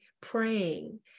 praying